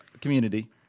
community